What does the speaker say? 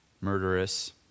murderous